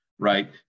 right